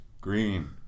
green